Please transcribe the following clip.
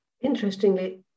Interestingly